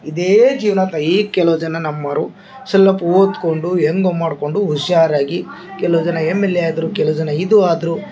ಇದೇ ಜೀವನ್ದಾಗ ಈಗ ಕೆಲೋ ಜನ ನಮ್ಮೋರು ಸೊಲ್ಪ ಓದ್ಕೊಂಡು ಎಮ್ ಎ ಮಾಡ್ಕೊಂಡು ಹುಷಾರಾಗಿ ಕೆಲೋ ಜನ ಎಮ್ ಎಲ್ ಎ ಆದರು ಕೆಲೋ ಜನ ಇದು ಆದರು